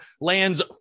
lands